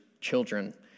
children